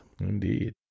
Indeed